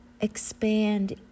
expand